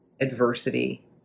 adversity